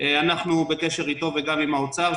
אנחנו בקשר איתו וגם עם משרד האוצר.